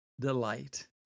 delight